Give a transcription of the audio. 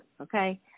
Okay